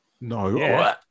No